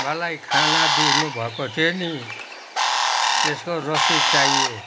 मलाई खाना दिनुभएको थियो नि त्यसको रसिद चाहियो